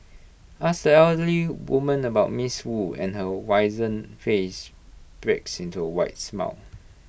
ask the elderly woman about miss wu and her wizened face breaks into A wide smile